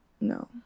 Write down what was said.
No